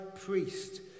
priest